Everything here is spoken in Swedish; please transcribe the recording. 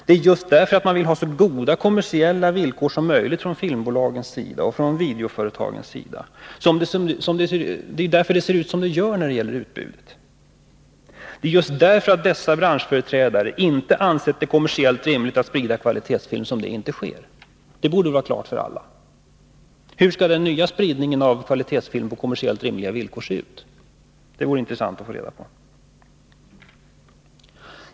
Det är just därför att man vill ha så goda kommersiella villkor som möjligt från filmbolagen — och videoföretagen—som det ser ut som det gör när det gäller utbudet. Det är just därför att dessa branschföreträdare inte ansett det kommersiellt rimligt att sprida kvalitetsfilm som detta inte sker. Det borde stå klart för alla. Det vore intressant att få veta hur den nya spridningen av kvalitetsfilm på kommersiellt rimliga villkor skall se ut.